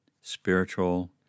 spiritual